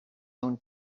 own